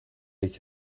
eet